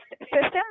system